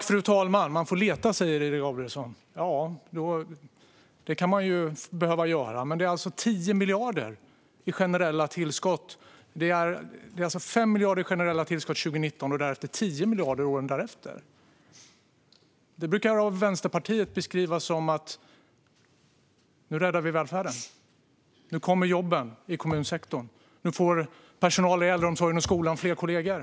Fru talman! Man får leta, säger Ida Gabrielsson. Det kanske man behöver göra. Det handlar dock om 10 miljarder i generella tillskott. År 2019 är det 5 miljarder i ett generellt tillskott, och under åren därefter är det 10 miljarder. Av Vänsterpartiet brukar sådant beskrivas som att man räddar välfärden, att jobben i och med det kommer i kommunsektorn och att personal i äldreomsorg och skola får fler kollegor.